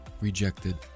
rejected